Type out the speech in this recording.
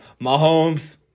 Mahomes